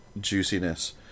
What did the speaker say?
juiciness